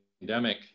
pandemic